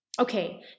Okay